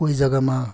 कोही जग्गामा